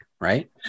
right